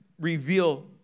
reveal